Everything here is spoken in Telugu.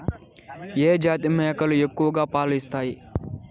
ఏ జాతి మేకలు ఎక్కువ పాలను ఇస్తాయి?